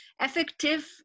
effective